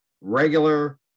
regular